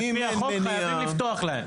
לפי החוק חייבים לפתוח להם.